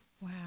wow